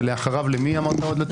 ולאחריו למשרד המשפטים.